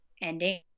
ending